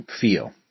feel